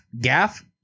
Gaff